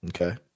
Okay